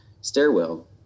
stairwell